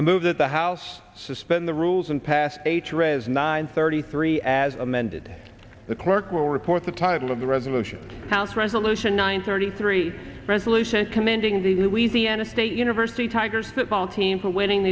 i move that the house suspend the rules and past eighty nine thirty three as amended the clerk will report the title of the resolution house resolution nine thirty three resolution commending the louisiana state university tigers the ball team for winning